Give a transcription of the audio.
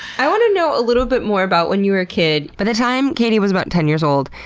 i want to know a little bit more about when you were a kid. by the time katie was about ten years old,